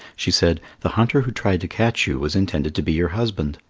she said, the hunter who tried to catch you was intended to be your husband.